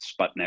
Sputnik